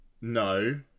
No